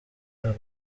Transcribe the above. aba